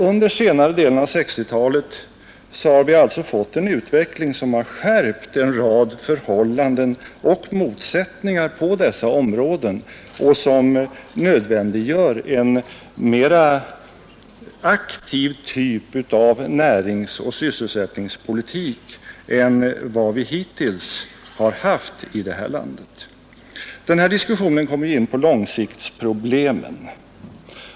Under senare delen av 1960-talet har vi alltså fått en utveckling som skärpt en rad förhållanden och motsättningar på dessa områden och som nödvändiggör en mera aktiv typ av näringsoch sysselsättningspolitik än vad vi hittills haft i det här landet. I denna diskussion kommer man ju in på långsiktsproblemen.